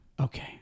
Okay